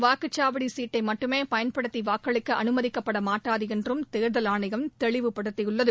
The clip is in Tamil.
வாக்குக்சாவடிசீட்டைமட்டுமேபயன்படுத்திவாக்களிக்கஅனுமதிக்கப்படமாட்டாதுஎன்றும் தேர்தல் ஆணையம் தெளிவுபடுத்தியுள்ளது